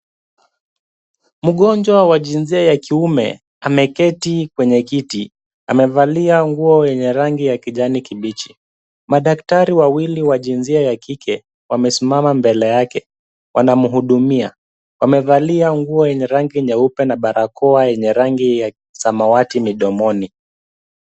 Mgonjwa wa jinsia ya kiume ameketi kwenye kiti, amevalia nguo yenye rangi ya kijani kibichi, madaktari wawili wa jinsia ya kike wamesimama mbele yake, wanamhudumia, wamevalia nguo yenye rangi nyeupe na barakoa yenye rangi ya samawati mdomoni.